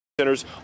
centers